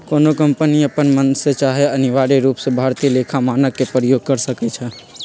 कोनो कंपनी अप्पन मन से चाहे अनिवार्य रूप से भारतीय लेखा मानक के प्रयोग कर सकइ छै